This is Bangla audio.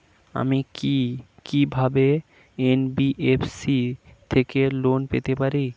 আমি কি কিভাবে এন.বি.এফ.সি থেকে লোন পেতে পারি?